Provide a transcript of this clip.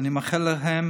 ואני מאחל להם